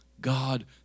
God